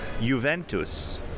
Juventus